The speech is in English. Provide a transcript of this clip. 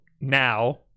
now